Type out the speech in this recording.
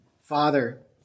Father